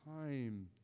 time